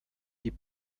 die